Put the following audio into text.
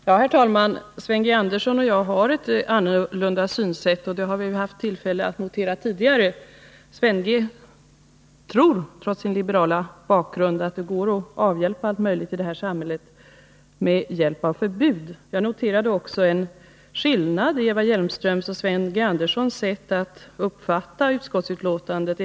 Herr talman! Sven G. Andersson och jag har olika synsätt. Det har vi haft tillfälle att notera tidigare. Sven G. Andersson tror — trots sin liberala bakgrund — att det går att avhjälpa allt möjligt i det här samhället genom förbud. Jag noterade också en skillnad mellan Eva Hjelmströms och Sven G. Anderssons sätt att uppfatta utskottets skrivning.